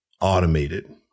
automated